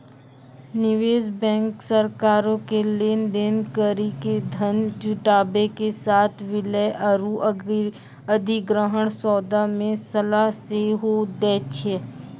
निवेश बैंक सरकारो के लेन देन करि के धन जुटाबै के साथे विलय आरु अधिग्रहण सौदा मे सलाह सेहो दै छै